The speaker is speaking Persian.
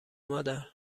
مادر